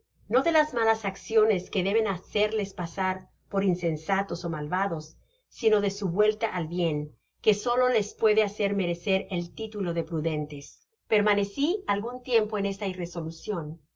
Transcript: no de las malas acciones que deben hacerles pasar por insensatos ó malvados sino de su vuelta al bien que solo les puede hacer merecer el titulo de prudentes permaneci algun tiempo en esta irresolucion